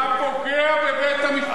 אתה פוגע בבית-המשפט העליון.